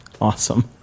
Awesome